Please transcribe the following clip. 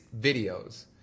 videos